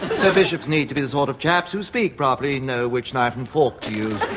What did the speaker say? so bishops need to be the sort of chaps who speak properly know which knife and fork to use.